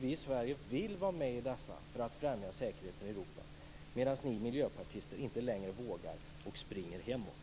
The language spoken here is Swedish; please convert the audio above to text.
Vi i Sverige vill vara med i dessa för att främja säkerheten i Europa, medan ni miljöpartister inte längre vågar och springer hemåt.